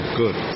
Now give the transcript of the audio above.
good